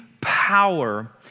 power